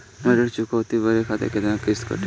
ऋण चुकौती करे बखत केतना किस्त कटी?